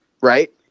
right